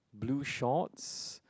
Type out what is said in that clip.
blue shorts